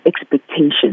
expectations